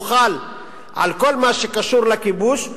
הוא חל רק על כל מה שקשור לכיבוש,